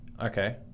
Okay